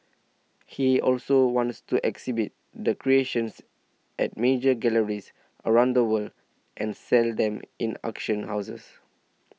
he also wants to exhibit the creations at major galleries around the world and sell them in auction houses